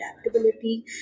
adaptability